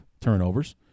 turnovers